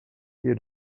you